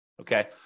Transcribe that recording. okay